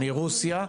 מרוסיה,